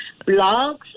blogs